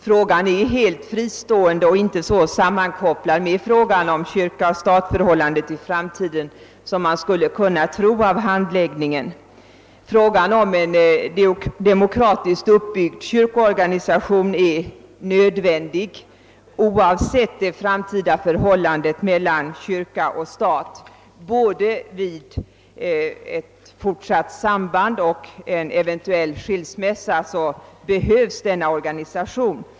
Problemet är helt fristående och inte så sammankopplat med frågan om förhållandet kyrka—stat i framtiden som man skulle kunna tro av handläggningen. En demokratiskt uppbyggd kyrkoorganisation är nödvändig oavsett det framtida förhållandet mellan kyrka och stat. Både vid ett fortsatt samband och efter en eventuell skilsmässa behövs denna organisation.